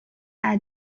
are